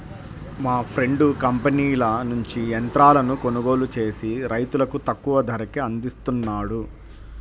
మా ఫ్రెండు కంపెనీల నుంచి యంత్రాలను కొనుగోలు చేసి రైతులకు తక్కువ ధరకే అందిస్తున్నాడు